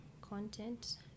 content